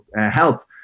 health